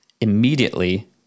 immediately